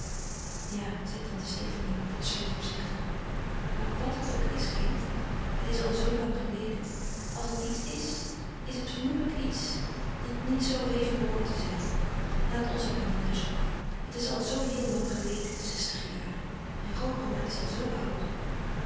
ja zei tante stefanie plotseling voorzichtig maar wàt het ook is kind het is al zoo lang geleden als het iets is is het vermoedelijk iets dat niet zoo heeft behoord te zijn laat ons er maar niet naar zoeken het is al zoo heel lang geleden zestig jaren en grootmama is al zoo oud